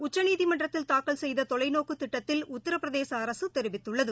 உச்சநீதிமன்றத்தில் தாக்கல் செய்த தொலைநோக்கு திட்டத்தில் உத்திரபிரதேச அரசு தெரிவித்துள்ளது